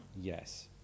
yes